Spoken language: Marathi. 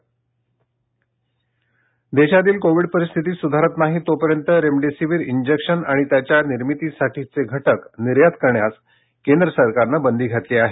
रेमडिसीवीर निर्यात बंदी देशातील कोविड परिस्थिती सुधारत नाही तोपर्यंत रेमडिसीवीर इंजेक्शन आणि त्याच्या निर्मितीसाठीचे घटक निर्यात करण्यास केंद्र सरकारने बंदी घातली आहे